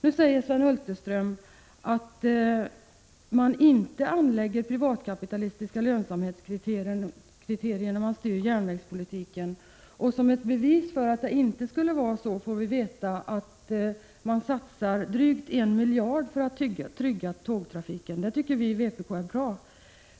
Nu säger Sven Hulterström att man inte anlägger privatkapitalistiska lönsamhetskriterier när man styr järnvägspolitiken, och som ett bevis för det säger han att man satsar drygt en miljard för att trygga tågtrafiken. Det tycker vi i vpk är bra.